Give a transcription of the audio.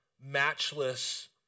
matchless